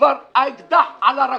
כבר האקדח על הרקה.